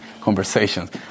conversations